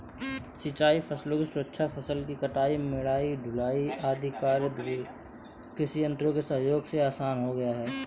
सिंचाई फसलों की सुरक्षा, फसल कटाई, मढ़ाई, ढुलाई आदि कार्य कृषि यन्त्रों के सहयोग से आसान हो गया है